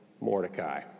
Mordecai